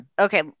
okay